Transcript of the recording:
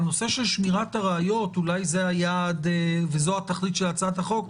הנושא של שמירת הראיות אולי זה היעד וזו התכלית של הצעת החוק,